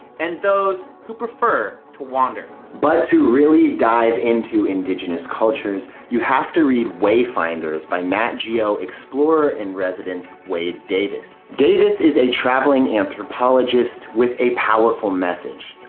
and those who prefer to wander. but to really dive into indigenous cultures, you have to read wayfinders, by nat geo explorer in residence, wade davis. davis is a traveling anthropologist with a powerful message.